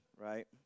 right